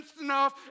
enough